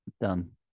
done